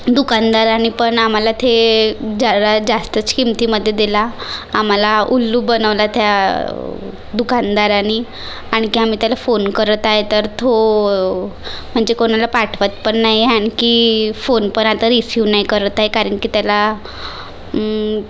दुकानदाराने पण आम्हाला ते जरा जास्तच किंमतीमध्ये दिला आम्हाला उल्लू बनवलं त्या दुकानदारानी आणखी आम्ही त्याला फोन करत आहे तर तो म्हणजे कुणाला पाठवत पण नाही आहे आणखी फोन पण आता रिसिव्ह नाही करत आहे कारण की त्याला